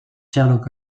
sherlock